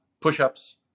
push-ups